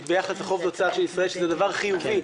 ביחס לחוב תוצר של ישראל שזה דבר חיובי.